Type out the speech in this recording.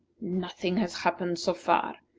nothing has happened so far,